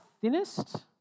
thinnest